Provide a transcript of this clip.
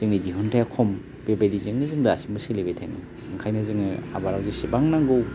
जोंनि दिहुन्थाया खम बेबायदिजोंनो जों दासिमबो सोलिबाय थायो ओंखायनो जोङो आबादा जेसेबां नांगौ